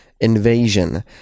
invasion